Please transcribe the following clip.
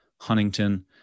Huntington